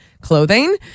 clothing